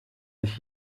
sich